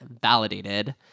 validated